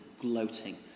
gloating